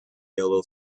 yellow